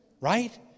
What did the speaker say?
right